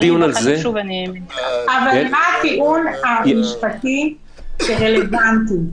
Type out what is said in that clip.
מה הטיעון המשפטי הרלוונטי?